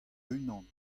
unan